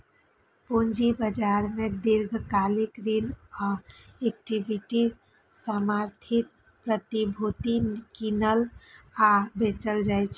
पूंजी बाजार मे दीर्घकालिक ऋण आ इक्विटी समर्थित प्रतिभूति कीनल आ बेचल जाइ छै